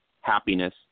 happiness